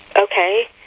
Okay